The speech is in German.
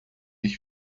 ich